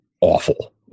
awful